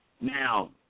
Now